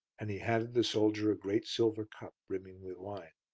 and he handed the soldier a great silver cup, brimming with wine.